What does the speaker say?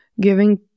giving